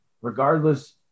Regardless